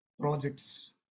project's